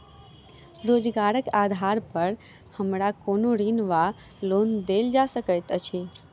रोजगारक आधार पर हमरा कोनो ऋण वा लोन देल जा सकैत अछि?